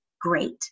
Great